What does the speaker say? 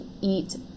eat